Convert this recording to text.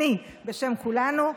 בשם כולנו,